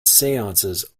seances